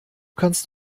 kannst